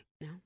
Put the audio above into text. No